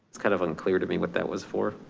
it's kind of unclear to me what that was for.